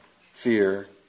fear